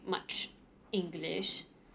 much english